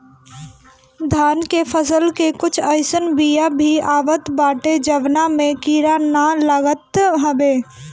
धान के फसल के कुछ अइसन बिया भी आवत बाटे जवना में कीड़ा ना लागत हवे